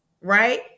right